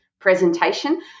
presentation